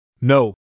No